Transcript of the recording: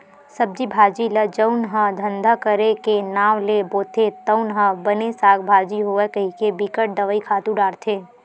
सब्जी भाजी ल जउन ह धंधा करे के नांव ले बोथे तउन ह बने साग भाजी होवय कहिके बिकट दवई, खातू डारथे